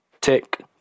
Tick